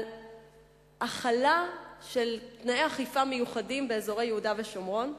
על החלה של תנאי אכיפה מיוחדים באזורי יהודה ושומרון.